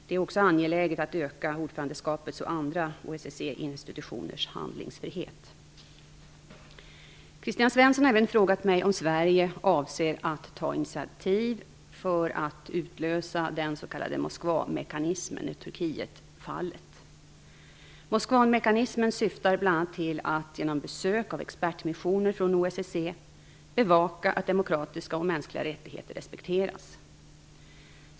Det är också angeläget att öka ordförandeskapets och andra OSSE-institutioners handlingsfrihet. Kristina Svensson har även frågat mig om Sverige avser att ta något initiativ för att utlösa den s.k. Moskvamekanismen i Turkietfallet. Moskvamekanismen syftar bl.a. till att, genom besök av expertmissioner från OSSE, bevaka att demokratiska och mänskliga rättigheter respekteras.